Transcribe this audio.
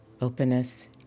openness